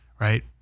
right